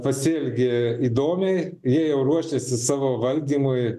pasielgė įdomiai jie jau ruošiasi savo valdymui